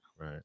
Right